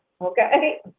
okay